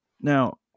now